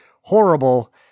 horrible